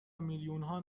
میلیونها